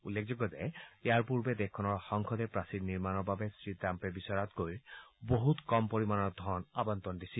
উল্লেখযোগ্য যে ইয়াৰ পূৰ্বে দেশখনৰ সংসদে প্ৰাচীৰ নিৰ্মণৰ বাবে শ্ৰীট্টাম্পে বিচৰা ধনতকৈ বছত কম পৰিমাণৰ ধন আৱণ্টন দিছিল